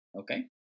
okay